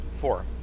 Four